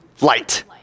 light